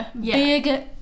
Big